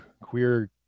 queer